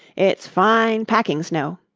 it's fine packing snow.